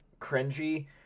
cringy